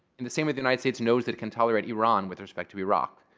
in the same way, the united states knows that it can tolerate iran with respect to iraq.